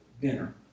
dinner